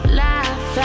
laugh